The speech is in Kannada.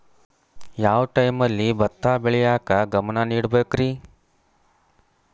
ಯಾವ್ ಟೈಮಲ್ಲಿ ಭತ್ತ ಬೆಳಿಯಾಕ ಗಮನ ನೇಡಬೇಕ್ರೇ?